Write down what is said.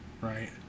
right